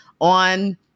on